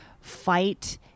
fight